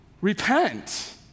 Repent